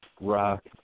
rock